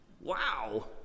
Wow